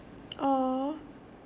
!aww!